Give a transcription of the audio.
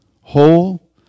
whole